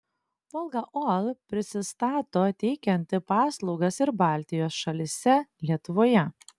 volga oil prisistato teikianti paslaugas ir baltijos šalyse lietuvoje